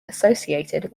associated